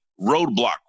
roadblock